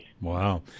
Wow